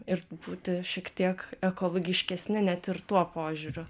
ir būti šiek tiek ekologiškesni net ir tuo požiūriu